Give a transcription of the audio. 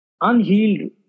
unhealed